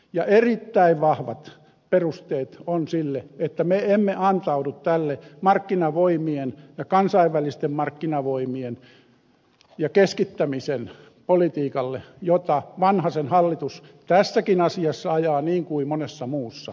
ja erittäin vahvat perusteet on sille että me emme antaudu tälle markkinavoimien ja kansainvälisten markkinavoimien ja keskittämisen politiikalle jota vanhasen hallitus tässäkin asiassa ajaa niin kuin monessa muussa